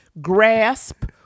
grasp